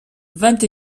vingt